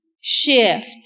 shift